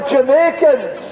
Jamaicans